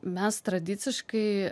mes tradiciškai